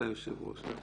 אתה היושב-ראש.